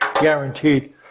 Guaranteed